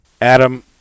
Adam